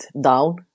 down